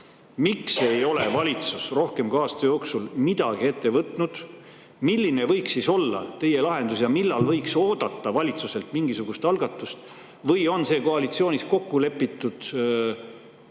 miks ei ole valitsus rohkem kui aasta jooksul midagi ette võtnud. Milline võiks siis olla teie lahendus ja millal võiks oodata valitsuselt mingisugust algatust? Või on see koalitsiooni kokkulepitu lihtsalt